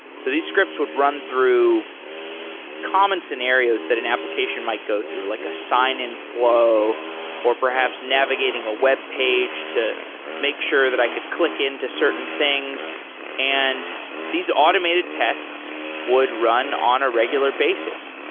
so these scripts would run through common scenarios that an application might go through, like a sign-in fl ow or perhaps navigating a webpage to make sure that i could click into certain things and these automated tests would run on a regular basis.